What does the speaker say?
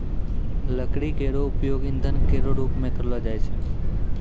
लकड़ी केरो उपयोग ईंधन केरो रूप मे करलो जाय छै